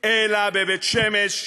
אלא בבית-שמש,